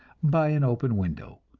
by an open window.